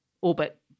orbit